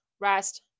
rest